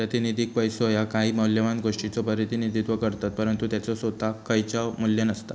प्रातिनिधिक पैसो ह्या काही मौल्यवान गोष्टीचो प्रतिनिधित्व करतत, परंतु त्याचो सोताक खयचाव मू्ल्य नसता